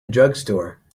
drugstore